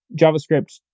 JavaScript